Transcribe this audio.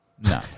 No